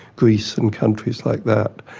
greece and countries like that.